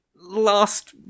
last